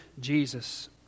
Jesus